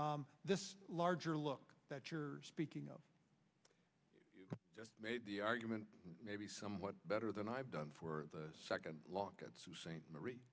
this larger look that you're speaking of just made the argument maybe somewhat better than i've done for the second longest st marie